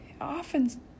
often